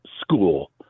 school